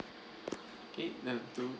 okay two